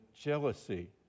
jealousy